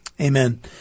Amen